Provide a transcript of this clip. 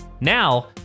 Now